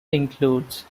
includes